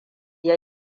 ya